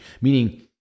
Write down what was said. meaning